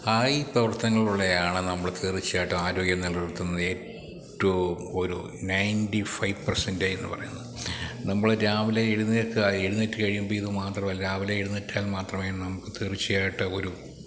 ആയി പ്രവർത്തനങ്ങളിലൂടെയാണ് നമ്മൾ തീർച്ചയായിട്ടും ആരോഗ്യം നിലനിർത്തുന്നത് ഏറ്റവും ഒരു നൈൻറ്റി ഫൈവ് പെർസെൻറ്റേജെന്ന് പറയുന്നത് നമ്മള് രാവിലെ എഴുന്നേല്ക്കുക എഴുന്നേറ്റ് കഴിയുമ്പോള് ഇത് മാത്രമല്ല രാവിലെ എഴുന്നേറ്റാൽ മാത്രമേ നമുക്ക് തീർച്ചയായിട്ട് ഒരു